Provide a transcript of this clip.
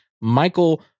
Michael